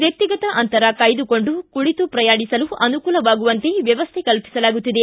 ವ್ಚಕ್ತಿಗತ ಅಂತರ ಕಾಯ್ದುಕೊಂಡು ಕುಳಿತು ಪ್ರಯಾಣಿಸಲು ಅನುಕೂಲವಾಗುವಂತೆ ವ್ಚವಸ್ಥೆ ಕಲ್ಪಿಸಲಾಗುತ್ತಿದೆ